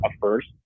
first